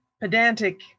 pedantic